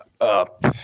up